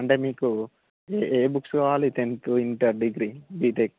అంటే మీకు ఏ ఏ బుక్స్ కావాలి టెన్త్ ఇంటర్ డిగ్రీ బీటెక్